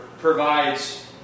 provides